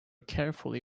carefully